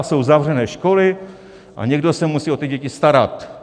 Jsou zavřené školy a někdo se musí o ty děti starat.